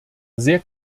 sehr